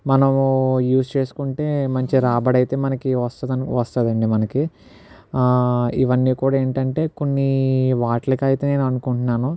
మనము యూజ్ చేసుకుంటే మంచి రాబడి అయితే మనకి వస్తా వస్తుందండీ మనకి ఇవన్నీ కూడా ఏంటంటే కొన్ని వాటిలకైతే నేను అనుకుంటున్నాను